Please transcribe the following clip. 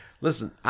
Listen